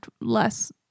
less